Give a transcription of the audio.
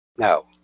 No